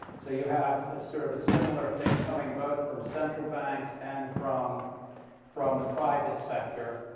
so you have sort of a similar thing coming both from central banks and from from the private sector.